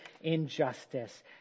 injustice